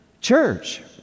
church